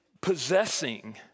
possessing